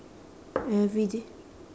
everyday